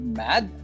mad